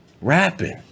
rapping